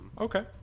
Okay